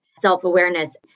self-awareness